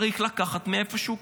צריך לקחת כסף מאיפשהו.